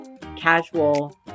casual